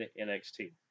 NXT